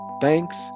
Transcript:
Thanks